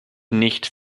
nicht